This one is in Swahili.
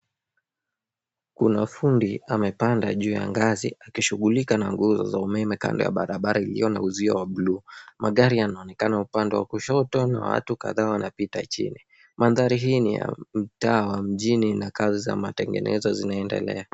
Kuna fundi aliyepanda juu ya ngazi. Anashughulika na nguzo ya umeme kando ya barabara, karibu na uzio wa buluu. Magari yanaonekana upande wa kushoto na watu kadhaa wanapita chini. Mandhari hii ni ya mtaa mjini, na kazi za matengenezo zinaendelea.